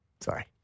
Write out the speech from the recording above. Sorry